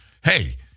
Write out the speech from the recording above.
hey